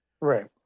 right